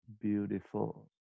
beautiful